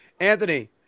Anthony